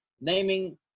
naming